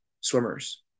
swimmers